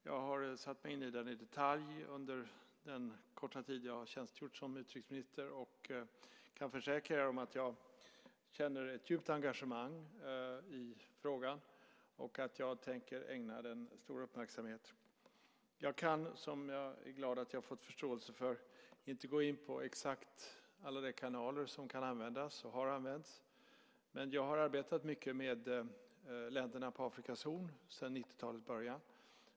Jag har satt mig in i den i detalj under den korta tid som jag har tjänstgjort som utrikesminister och kan försäkra er om att jag känner ett djupt engagemang i frågan och att jag tänker ägna den stor uppmärksamhet. Jag kan inte - och jag är glad att jag har fått förståelse för det - gå in på exakt alla de kanaler som kan användas och har använts, men jag har arbetat mycket med länderna på Afrikas horn sedan 90-talets början.